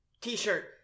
T-shirt